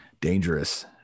dangerous